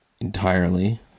entirely